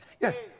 Yes